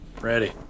Ready